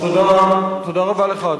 תודה רבה לך.